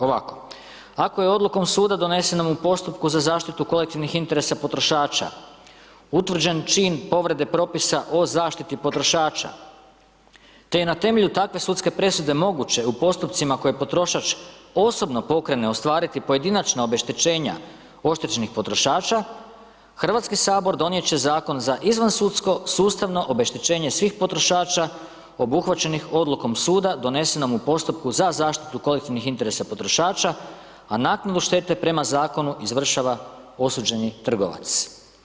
Ovako, ako je odlukom suda donesenom u postupku za zaštitu kolektivnih interesa potrošača utvrđen čin povrede propisa o zaštiti potrošača te je na temelju takve sudske presude moguće u postupcima u kojima potrošač osobno pokrene ostvariti pojedinačna obeštećenja oštećenih potrošača, HS donijet će zakon za izvansudsko sustavno obeštećenje svih potrošača obuhvaćenih odlukom suda donesenom u postupku za zaštitu kolektivnih interesa potrošača, a naknadu štete prema zakonu izvršava osuđeni trgovac.